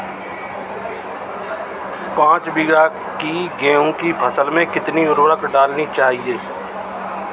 पाँच बीघा की गेहूँ की फसल में कितनी उर्वरक डालनी चाहिए?